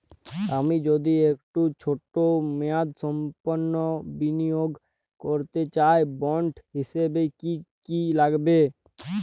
আমি যদি একটু ছোট মেয়াদসম্পন্ন বিনিয়োগ করতে চাই বন্ড হিসেবে কী কী লাগবে?